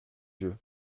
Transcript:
yeux